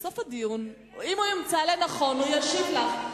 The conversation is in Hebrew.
בסוף הדיון, אם הוא ימצא לנכון, הוא ישיב לך.